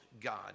God